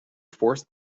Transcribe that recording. forced